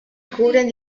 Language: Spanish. cubren